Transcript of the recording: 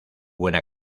buena